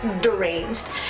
deranged